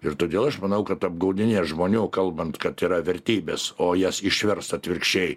ir todėl aš manau kad apgaudinėt žmonių kalbant kad yra vertybės o jas išverst atvirkščiai